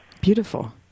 Beautiful